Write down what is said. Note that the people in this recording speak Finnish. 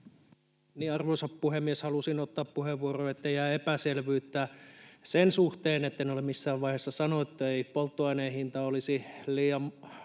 Arvoisa puhemies! Halusin ottaa puheenvuoron, ettei jää epäselvyyttä sen suhteen, etten ole missään vaiheessa sanonut, että polttoaineen hinta olisi liian